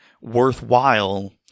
worthwhile